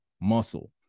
muscle